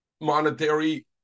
monetary